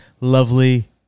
lovely